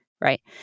right